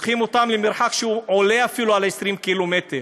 לוקחים אותם למרחק שעולה אפילו על 20 קילומטר.